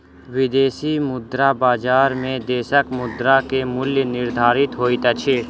विदेशी मुद्रा बजार में देशक मुद्रा के मूल्य निर्धारित होइत अछि